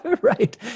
Right